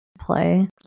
play